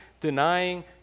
denying